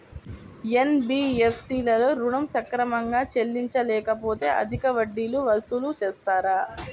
NBFC లలో ఋణం సక్రమంగా చెల్లించలేకపోతె అధిక వడ్డీలు వసూలు చేస్తారా?